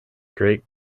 great